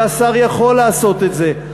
והשר יכול לעשות את זה.